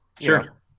sure